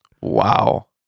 Wow